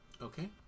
okay